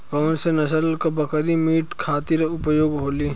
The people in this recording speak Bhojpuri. कौन से नसल क बकरी मीट खातिर उपयोग होली?